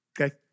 okay